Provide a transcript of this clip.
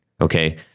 Okay